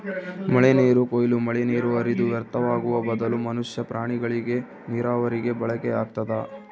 ಮಳೆನೀರು ಕೊಯ್ಲು ಮಳೆನೀರು ಹರಿದು ವ್ಯರ್ಥವಾಗುವ ಬದಲು ಮನುಷ್ಯ ಪ್ರಾಣಿಗಳಿಗೆ ನೀರಾವರಿಗೆ ಬಳಕೆಯಾಗ್ತದ